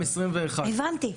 הבנתי.